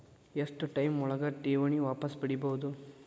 ಎಷ್ಟು ಟೈಮ್ ಒಳಗ ಠೇವಣಿ ವಾಪಸ್ ಪಡಿಬಹುದು?